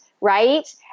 Right